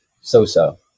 so-so